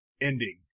ending